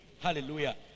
Hallelujah